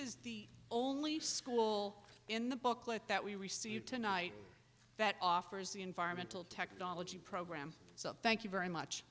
is the only school in the booklet that we received tonight that offers the environmental technology program so thank you very much